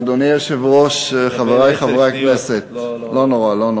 אדוני היושב-ראש, חברי חברי הכנסת, לא, לא.